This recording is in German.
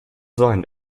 sein